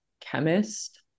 chemist